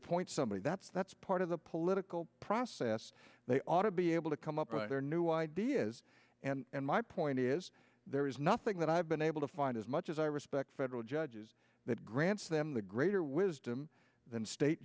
appoint somebody that's that's part of the political process they ought to be able to come up their new ideas and my point is there is nothing that i've been able to find as much as i respect federal judges that grants them the greater wisdom than state